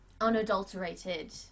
unadulterated